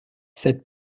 cette